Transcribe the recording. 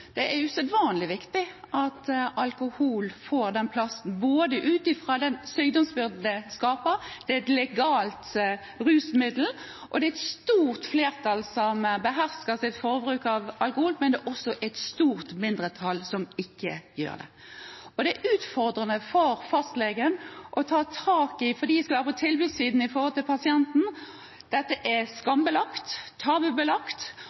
det er usedvanlig viktig at alkohol får den plassen både ut fra den sykdomsbyrden den skaper, og fordi det er et legalt rusmiddel – det er et stort flertall som behersker sitt forbruk av alkohol, men det er også et stort mindretall som ikke gjør det. Det er utfordrende for fastlegene å ta tak i dette, for de skal være på tilbudssiden i sitt forhold til pasienten, og dette er